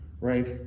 right